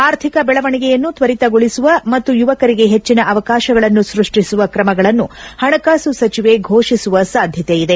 ಆರ್ಥಿಕ ಬೆಳವಣಿಗೆಯನ್ನು ತ್ವರಿತಗೊಳಿಸುವ ಮತ್ತು ಯುವಕರಿಗೆ ಹೆಚ್ಚಿನ ಅವಕಾಶಗಳನ್ನು ಸೃಷ್ಟಿಸುವ ಕ್ರಮಗಳನ್ನು ಹಣಕಾಸು ಸಚಿವೆ ಘೋಷಿಸುವ ಸಾಧ್ಯತೆ ಇದೆ